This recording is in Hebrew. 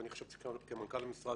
אבל אני חושב שכמנכ"ל המשרד,